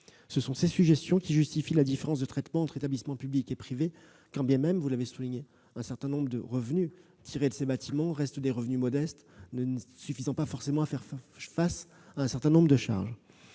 Ce sont ces sujétions qui justifient la différence de traitement entre établissements publics et privés, quand bien même, vous l'avez souligné, les revenus tirés de ces bâtiments restent modestes, ne suffisant pas forcément à faire face à un certain nombre de charges.